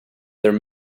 their